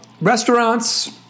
restaurants